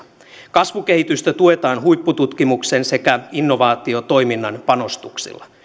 kasvukehitystä tuetaan huippututkimuksen sekä innovaatiotoiminnan panostuksilla